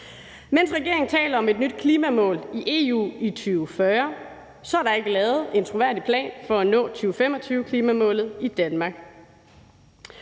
Mens regeringen taler om et nyt klimamål i EU i 2040, er der ikke lavet en troværdig plan for at nå 2025-klimamålet i Danmark,